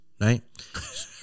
right